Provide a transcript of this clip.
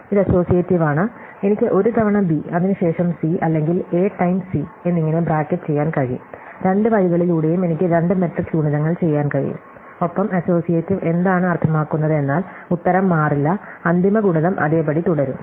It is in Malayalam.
ഇത് അസ്സോസിയേറ്റീവ് ആണ് എനിക്ക് ഒരു തവണ ബി അതിനുശേഷം സി അല്ലെങ്കിൽ എ ടൈംസ് സി എന്നിങ്ങനെ ബ്രാക്കറ്റ് ചെയ്യാൻ കഴിയും രണ്ട് വഴികളിലൂടെയും എനിക്ക് രണ്ട് മാട്രിക്സ് ഗുണിതങ്ങൾ ചെയ്യാൻ കഴിയും ഒപ്പം അസോസിയേറ്റീവ് എന്താണ് അർത്ഥമാക്കുന്നത് എന്നാൽ ഉത്തരം മാറില്ല അന്തിമ ഗുണിതം അതേപടി തുടരും